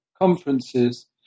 conferences